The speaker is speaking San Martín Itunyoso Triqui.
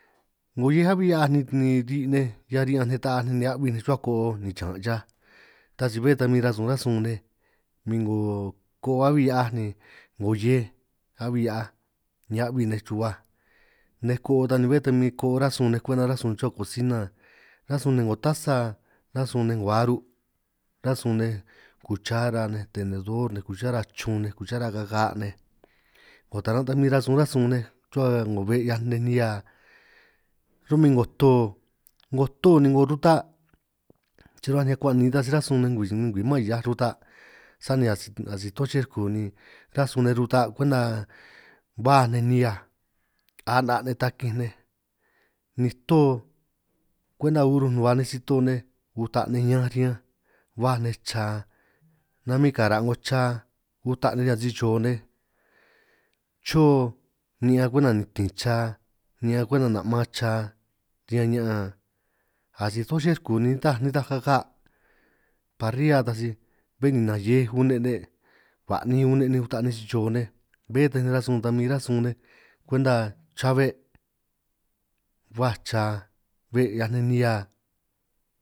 'Ngo hiej a'hui' hia'aj ni ni ri' nej ñan ri'ñanj nej taaj nej ni ahui' chuhua ko'o, ni chan' chaj taj si bé ta huin rasun ránj suj nej min 'ngo koo a'bi hia'aj ni 'ngo hej a'bi hia'aj, ni a'bbi nej chruhuaj nej koo ta ni bé ta min koo ránj sun nej kwenta ránj sun chruhua kosina, ránj sun nej 'ngo tasa, ránj sun nej 'ngo aru' nej, ránj sun nej kuchara nej, tenedor nej, kuchara chun nej, kuchara kaga' nej, 'ngo taran' ta min ránj sun nej, chuhua 'ngo be' 'hiaj nej nihia, ro'min 'ngo to 'ngo to, ni 'ngo ruda', si ruhuaj ni akuan' ni nitaj si ránj sun nej ngwii ngwii man hiaj ruda', sani asij toj chej ruku ni ránj sun nej ruda', kwenta baj nej nihiaj a'na' nej takinj nej, ni to kwenta uruj nuhua nej si-to nej uta nej ñanj riñanj, baj nej cha namin gara' 'ngo cha, uta' nej riñan si-chio nej chio ni'ñan kwenta nitin cha ni'ñan kwenta na'man cha, riñan ña'an asij toj che ruku ni nitaj kaga' parrilla taj sij bé ninanj hiej une nej, ba'nin une' nej uta nej si-chio nej bé taran' rasun tan min ránj sun nej kwenta chabe' baj cha be' 'hiaj nej nihia.